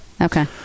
Okay